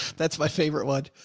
that's my favorite one.